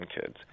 kids